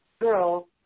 girl